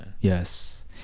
Yes